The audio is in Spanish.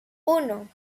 uno